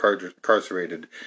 incarcerated